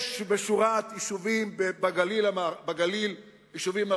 יש שורת יישובים ערביים בגליל המערבי,